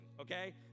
okay